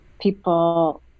people